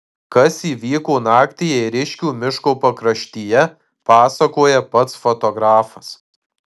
kas įvyko naktį ėriškių miško pakraštyje pasakoja pats fotografas